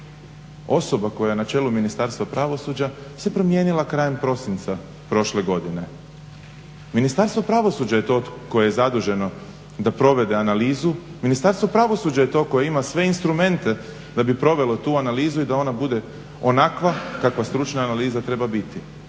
osoba koja je načelu Ministarstva pravosuđa se promijenila krajem prosinca prošle godine. Ministarstvo pravosuđa je to koje je zaduženo za to da provede analizu, Ministarstvo pravosuđa koje ima sve instrumente da bi provelo tu analizu i da ona bude onakva kakva stručna analiza treba biti.